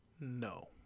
No